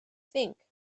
think